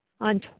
on